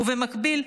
ובמקביל,